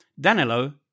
Danilo